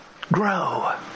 grow